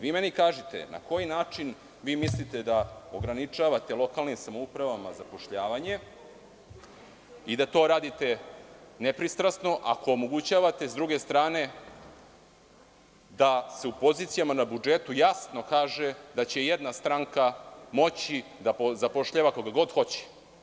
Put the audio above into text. Vi meni kažite, na koji način vi mislite da ograničavate lokalnim samoupravama zapošljavanje i da to radite nepristrasno, ako omogućavate s druge strane da se u pozicijama na budžetu jasno kaže da će jedna stranka moći da zapošljava koga god hoće?